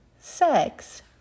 sex